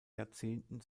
jahrzehnten